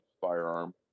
firearm